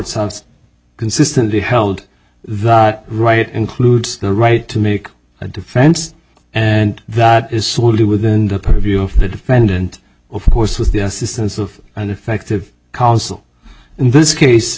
courts consistently held the right includes the right to make a defense and that is solely within the purview of the defendant of course with the assistance of an effective counsel in this case